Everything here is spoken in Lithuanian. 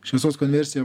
šviesos konversija